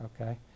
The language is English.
okay